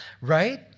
Right